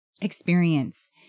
experience